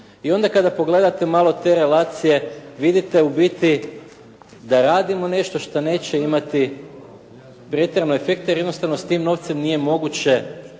I onda kada pogledate u biti da radimo nešto što neće imati pretjerano efekte jer jednostavno s tim novcem nije moguće